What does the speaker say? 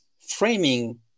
framing